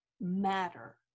matter